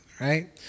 Right